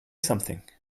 something